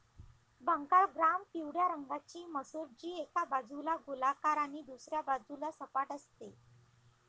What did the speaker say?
Bengal gram पिवळ्या रंगाची मसूर, जी एका बाजूला गोलाकार आणि दुसऱ्या बाजूला सपाट असते